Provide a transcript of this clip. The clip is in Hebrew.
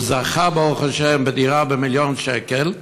הוא זכה, ברוך השם, בדירה במיליון שקל,